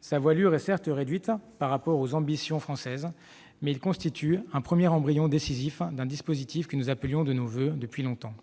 Sa voilure est certes réduite par rapport aux ambitions françaises, mais il constitue un premier embryon décisif d'un dispositif que nous appelions de nos voeux depuis longtemps.